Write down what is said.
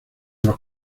los